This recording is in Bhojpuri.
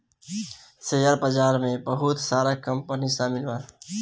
शेयर बाजार में बहुत सारा कंपनी शामिल बा